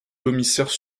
commissaires